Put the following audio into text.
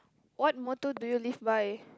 what motto do you live by